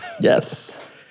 Yes